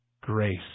Grace